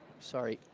sorry,